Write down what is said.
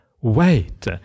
Wait